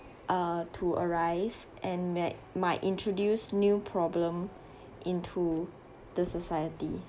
uh to arise and me~ might introduce new problems into the society